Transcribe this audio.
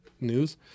News